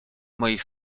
moich